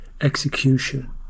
execution